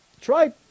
Try